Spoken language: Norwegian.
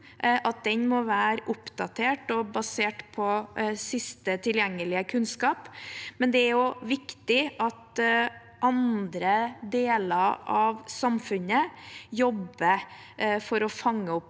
må være oppdatert og basert på sist tilgjengelige kunnskap, men det er også viktig at andre deler av samfunnet jobber for å fange opp